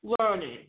learning